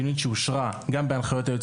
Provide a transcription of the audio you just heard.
מדיניות שאושרה גם בהנחיות היועצת